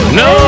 no